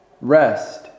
Rest